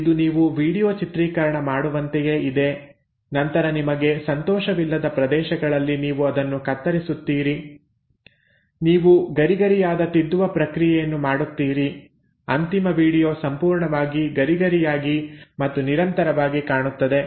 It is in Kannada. ಇದು ನೀವು ವೀಡಿಯೊ ಚಿತ್ರಿಕರಣ ಮಾಡುವಂತೆಯೇ ಇದೆ ನಂತರ ನಿಮಗೆ ಸಂತೋಷವಿಲ್ಲದ ಪ್ರದೇಶಗಳಲ್ಲಿ ನೀವು ಅದನ್ನು ಕತ್ತರಿಸುತ್ತೀರಿ ನೀವು ಗರಿಗರಿಯಾದ ತಿದ್ದುವ ಪ್ರಕ್ರಿಯೆಯನ್ನು ಮಾಡುತ್ತೀರಿ ಅಂತಿಮ ವೀಡಿಯೊ ಸಂಪೂರ್ಣವಾಗಿ ಗರಿಗರಿಯಾಗಿ ಮತ್ತು ನಿರಂತರವಾಗಿ ಕಾಣುತ್ತದೆ